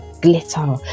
glitter